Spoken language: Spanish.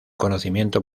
conocimiento